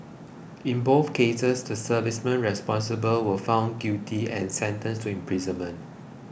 in both cases the servicemen responsible were found guilty and sentenced to imprisonment